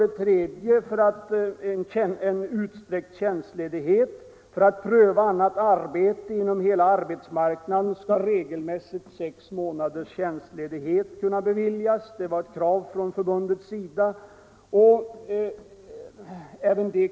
Ett tredje krav gällde utsträckt tjänstledighet. För att kunna pröva annat arbete på arbetsmarknaden skulle regelmässigt sex månaders tjänstledighet kunna beviljas. Även det kravet har i stort tillgodosetts.